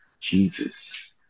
Jesus